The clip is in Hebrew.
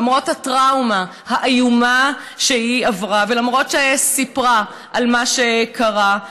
למרות הטראומה האיומה שהיא עברה ולמרות שסיפרה על מה שקרה.